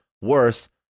worse